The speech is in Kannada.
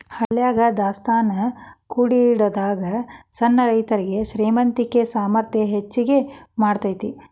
ಹಳ್ಯಾಗ ದಾಸ್ತಾನಾ ಕೂಡಿಡಾಗ ಸಣ್ಣ ರೈತರುಗೆ ಶ್ರೇಮಂತಿಕೆ ಸಾಮರ್ಥ್ಯ ಹೆಚ್ಗಿ ಮಾಡತೈತಿ